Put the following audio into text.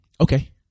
Okay